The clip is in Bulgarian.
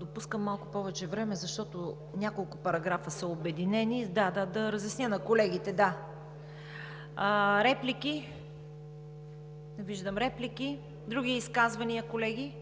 Допускам малко повече време, защото няколко параграфа са обединени. Да разясня на колегите. Реплики? Не виждам. Други изказвания, колеги?